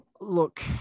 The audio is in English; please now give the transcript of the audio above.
Look